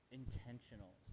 intentional